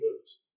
lose